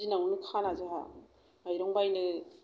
दिनावनो खाना जोंहा माइरं बायनो